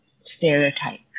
stereotype